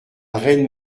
reine